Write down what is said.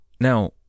Now